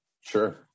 Sure